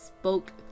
spoke